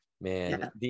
Man